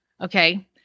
Okay